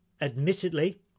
Admittedly